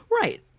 Right